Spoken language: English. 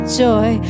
joy